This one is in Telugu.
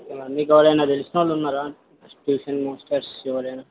మీకు ఎవరన్న తెలిసిన వాళ్ళు ఉన్నారా ట్యూషన్ మాస్టర్స్ ఎవరన్న